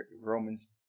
Romans